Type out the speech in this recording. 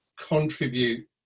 Contribute